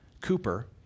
Cooper